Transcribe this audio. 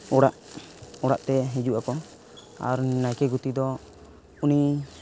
ᱚᱲᱟᱜ ᱚᱲᱟᱜᱛᱮ ᱦᱤᱡᱩᱜ ᱟᱠᱚ ᱟᱨ ᱱᱟᱭᱠᱮ ᱜᱩᱛᱤᱫᱚ ᱩᱱᱤ